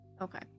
okay